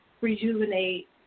rejuvenate